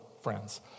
friends